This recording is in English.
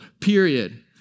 period